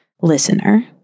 listener